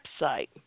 website